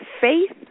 faith